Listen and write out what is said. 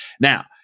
Now